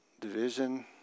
Division